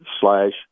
slash